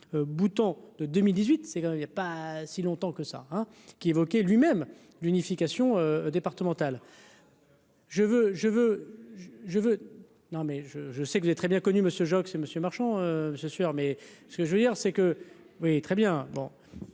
Bouton de 2018, c'est quand même, il y a pas si longtemps que ça, hein, qui évoquait lui-même l'unification départemental. Le plafond. Je veux je veux je veux non mais je, je sais que j'ai très bien connu Monsieur Joxe Monsieur Marchand, c'est sûr, mais ce que je veux dire c'est que, oui, très bien bon